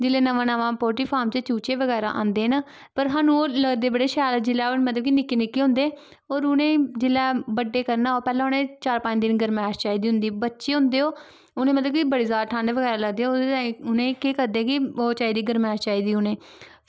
जिसलै नमें नमें पोल्ट्रीफार्म च चूचे आंदे न पर जिसलै ओह् लगदे बड़े शैल जिसलै ओह् निक्के निक्के होंदे और उ'नेंगी जिसलै बड्डे करना होऐ उ'नेंगी चार पंज दिन गरमैश चाही दी होंदी बच्चे होंदे ओह् उनेंगी मतलव कि बड़ी ज्यादा ठंड बगैरा लगदी ऐ ओह्ॅदे तांई केह् करदे कि गरमैश चाही दी उ'नेंगी